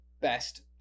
best